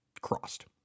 crossed